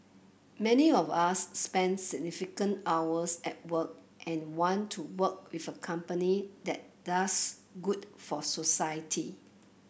many of us spend significant hours at work and want to work with a company that does good for society